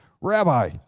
rabbi